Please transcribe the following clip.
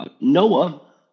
Noah